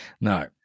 No